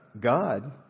God